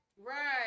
right